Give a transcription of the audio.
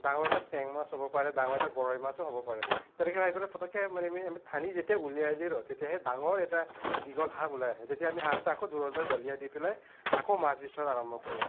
ডাঙৰ এটা চেং মাছ হ'ব পাৰে ডাঙৰ এটা গৰৈ মাছো হ'ব পাৰে তেনেকৈ ভাবি পেলাই পটককে আমি ফালি যেতিয়া উলিয়াই দিওঁ তেতিয়াহে ডাঙৰ এটা দীঘল সাপ ওলাই আহে তেতিয়া আমি সাপটো আকৌ দূৰলৈ দলিয়াই দি পেলাই আকৌ মাছ বিচৰা আৰম্ভ কৰোঁ